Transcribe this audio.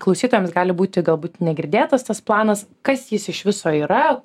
klausytojams gali būti galbūt negirdėtas tas planas kas jis iš viso yra